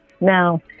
Now